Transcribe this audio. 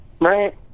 right